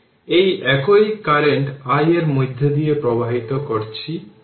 এই একই current i এর মধ্য দিয়ে প্রবাহিত করছি